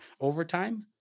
overtime